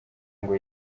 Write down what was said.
ngo